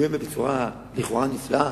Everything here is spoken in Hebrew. שמבוימת בצורה לכאורה נפלאה,